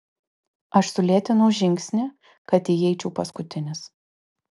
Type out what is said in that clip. aš sulėtinau žingsnį kad įeičiau paskutinis